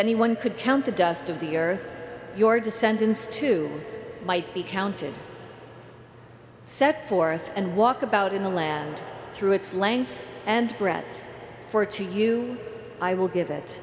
anyone could count the dust of the earth your descendants two might be counted set forth and walk about in the land through its length and breath for to you i will give